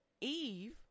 Eve